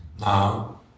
Now